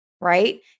right